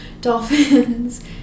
Dolphins